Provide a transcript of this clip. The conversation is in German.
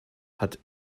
hat